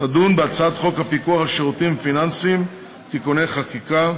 תדון בהצעת חוק הפיקוח על שירותים פיננסיים (תיקוני חקיקה),